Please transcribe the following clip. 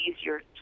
easier